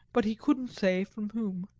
but he couldn't say from whom.